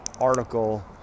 article